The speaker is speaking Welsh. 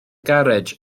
garej